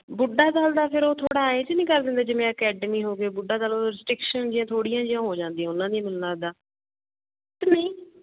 ਬੁੱਢਾ ਦਲ ਦਾ ਫਿਰ ਉਹ ਥੋੜ੍ਹਾ ਇਹ 'ਚ ਨਹੀਂ ਕਰ ਦਿੰਦੇ ਜਿਵੇਂ ਅਕੈਡਮੀ ਹੋ ਗਿਆ ਬੁੱਢਾ ਦਲ ਉਹ ਰਸਟਿੱਕਸ਼ਨ ਜਿਹੀਆ ਥੋੜ੍ਹੀਆਂ ਜਿਹੀਆਂ ਹੋ ਜਾਂਦੀਆਂ ਉਹਨਾਂ ਦੀਆਂ ਮੈਨੂੰ ਲੱਗਦਾ ਕਿ ਨਹੀਂ